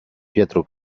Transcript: pietro